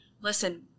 listen